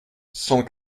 cent